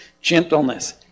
gentleness